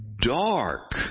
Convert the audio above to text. dark